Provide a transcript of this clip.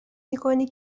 میکنی